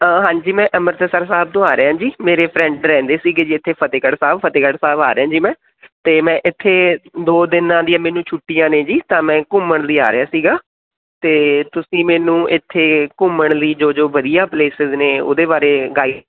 ਹਾਂ ਹਾਂਜੀ ਮੈਂ ਅੰਮ੍ਰਿਤਸਰ ਸਾਹਿਬ ਤੋਂ ਆ ਰਿਹਾ ਜੀ ਮੇਰੇ ਫਰੈਂਡ ਰਹਿੰਦੇ ਸੀਗੇ ਜੀ ਇੱਥੇ ਫਤਿਹਗੜ੍ਹ ਸਾਹਿਬ ਫਤਿਹਗੜ੍ਹ ਸਾਹਿਬ ਆ ਰਿਹਾ ਜੀ ਮੈਂ ਅਤੇ ਮੈਂ ਇੱਥੇ ਦੋ ਦਿਨਾਂ ਦੀਆਂ ਮੈਨੂੰ ਛੁੱਟੀਆਂ ਨੇ ਜੀ ਤਾਂ ਮੈਂ ਘੁੰਮਣ ਲਈ ਆ ਰਿਹਾ ਸੀਗਾ ਅਤੇ ਤੁਸੀਂ ਮੈਨੂੰ ਇੱਥੇ ਘੁੰਮਣ ਲਈ ਜੋ ਜੋ ਵਧੀਆ ਪਲੇਸਿਸ ਨੇ ਉਹਦੇ ਬਾਰੇ ਗਾਈ